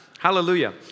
Hallelujah